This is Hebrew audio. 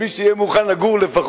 למי שיהיה מוכן לגור בימין-משה,